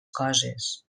coses